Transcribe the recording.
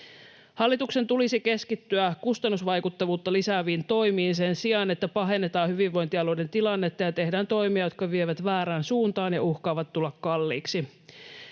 Hallituksen tulisi keskittyä kustannusvaikuttavuutta lisääviin toimiin sen sijaan, että pahennetaan hyvinvointialueiden tilannetta ja tehdään toimia, jotka vievät väärään suuntaan ja uhkaavat tulla kalliiksi.